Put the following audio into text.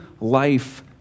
life